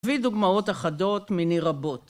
תני דוגמאות אחדות מיני רבות